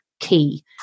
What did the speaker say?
key